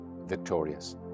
victorious